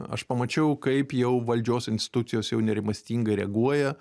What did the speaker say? aš pamačiau kaip jau valdžios institucijos jau nerimastingai reaguoja